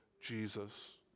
Jesus